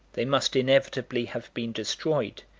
they must inevitably have been destroyed,